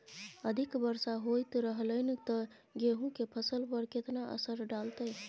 अधिक वर्षा होयत रहलनि ते गेहूँ के फसल पर केतना असर डालतै?